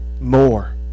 more